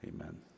amen